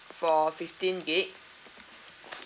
for fifteen gig